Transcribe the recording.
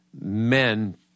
men